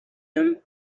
him